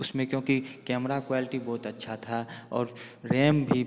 उसमें क्योंकि camera quality बहुत अच्छा था और रैम भी